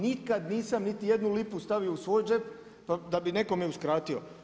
Nikad nisam niti jednu lipu stavio u svoj džep da bi nekome uskratio.